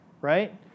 right